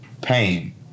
pain